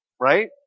Right